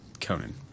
Conan